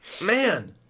Man